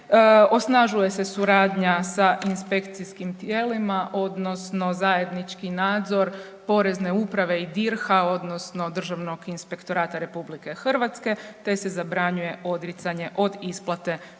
Osnažuje se suradnja sa inspekcijskim tijelima odnosno zajednički nadzor Porezne uprave i DIRH-a odnosno Državnog inspektorata RH te se zabranjuje odricanje od isplate